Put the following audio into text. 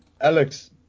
Alex